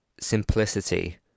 simplicity